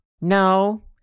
No